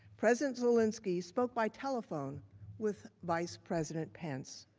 president zelensky spoke by telephone with vice president pence.